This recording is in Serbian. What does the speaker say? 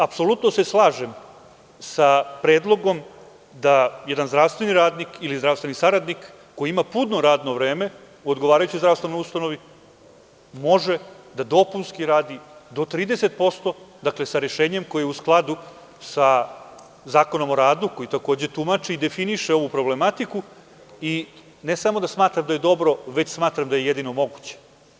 Apsolutno se slažem sa predlogom da jedan zdravstveni radnik ili zdravstveni saradnik, koji ima puno radno vreme u odgovarajućoj zdravstvenoj ustanovi, može da dopunski radi do 30%, dakle, sa rešenjem koje je u skladu sa Zakonom o radu, koji takođe tumači i definiše ovu problematiku i ne samo da smatram da je dobro, već smatram da je jedino moguće.